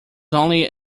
only